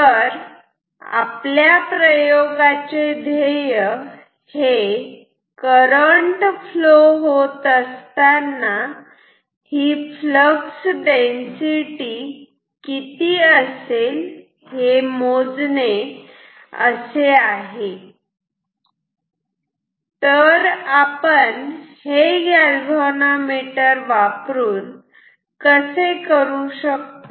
तर आपल्या प्रयोगाचे ध्येय हे करंट फ्लो होत असताना ही फ्लक्स डेन्सिटी किती असेल हे मोजणे असे आहे तर आपण हे गॅलव्हॅनोमीटर वापरून कसे करू शकतो